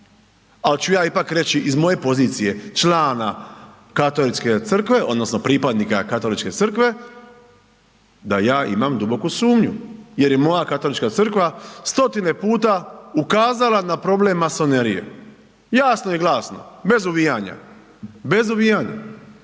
Ali ću ja ipak reći, iz moje pozicije člana Katoličke Crkve, odnosno pripadnika Katoličke Crkve, da ja imam duboku sumnju jer je moja Katolička Crkva stotine puta ukazala na problem masonerije. Jasno i glasno, bez uvijanja. Bez uvijanja.